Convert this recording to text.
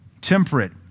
Temperate